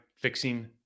fixing